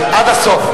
עד הסוף.